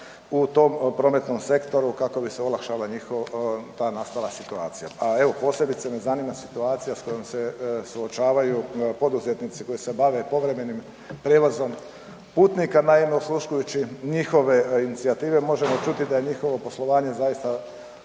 u tom prometnom sektoru kako bi se olakšala ta nastala situacija. Pa evo posebno me zanima situacija s kojom se suočavaju poduzetnici koji se bave povremenim prijevozom putnika. Naime, osluškujući njihove inicijative možemo čuti da je njihovo poslovanje zaista